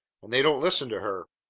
and they don't listen to her.